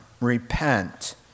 repent